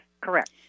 correct